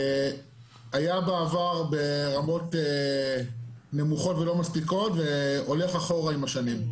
זה היה בעבר ברמות נמוכות ולא מספיקות וזה הולך אחורה עם השנים.